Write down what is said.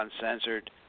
Uncensored